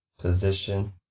position